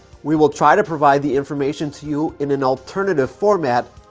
we will try to provide the information to you in an alternative format,